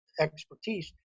expertise